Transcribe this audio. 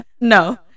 No